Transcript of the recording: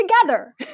together